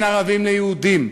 שותפות בין ערבים ליהודים,